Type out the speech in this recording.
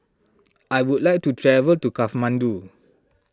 I would like to travel to Kathmandu